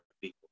people